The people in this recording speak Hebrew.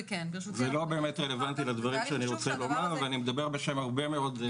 זה לא באמת רלוונטי לדברים שאני רוצה לומר ואני מדבר בשם הרבה מאוד.